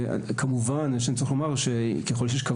כמובן שאני צריך לומר שככל שיש כוונה